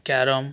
carrom